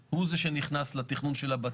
אין סיבה לקטוע אנשים ולתת להם לסיים את דבריהם.